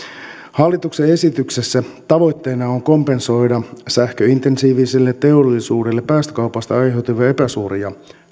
hallituksen esityksessä tavoitteena on kompensoida sähköintensiiviselle teollisuudelle päästökaupasta aiheutuvia epäsuoria